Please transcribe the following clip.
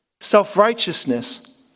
self-righteousness